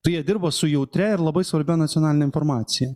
tai jie dirba su jautria ir labai svarbia nacionaline informacija